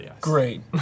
Great